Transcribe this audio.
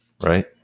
right